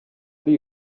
ari